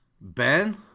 Ben